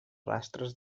rastres